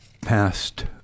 past